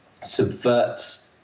subverts